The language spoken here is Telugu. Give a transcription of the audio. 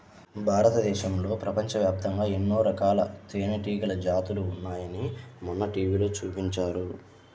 భారతదేశంలో, ప్రపంచవ్యాప్తంగా ఎన్నో రకాల తేనెటీగల జాతులు ఉన్నాయని మొన్న టీవీలో చూపించారు